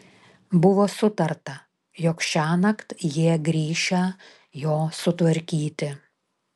buvo sutarta jog šiąnakt jie grįšią jo sutvarkyti